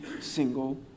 single